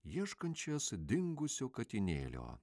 ieškančios dingusio katinėlio